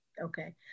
Okay